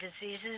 diseases